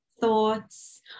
thoughts